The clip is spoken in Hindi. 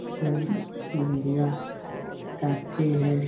मीडिया बताती है